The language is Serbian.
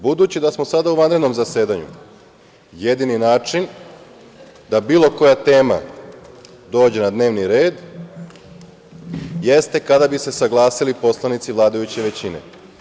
Budući da smo sada u vanrednom zasedanju, jedini način da bilo koja tema dođe na dnevni red, jeste kada bi se saglasali poslanici vladajuće većine.